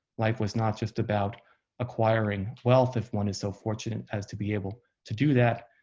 life was not just about acquiring wealth if one is so fortunate as to be able to do that.